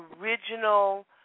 original